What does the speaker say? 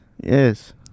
Yes